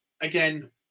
again